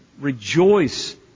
rejoice